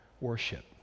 worship